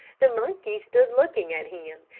the monkeys stood looking at him,